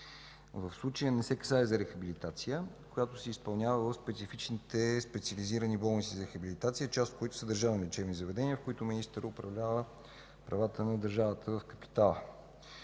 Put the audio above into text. В случая не се касае за рехабилитация, която се изпълнява в специфичните специализирани болници за рехабилитация, част от които са държавни лечебни заведения, в които министърът управлява правата на държавата в капитала.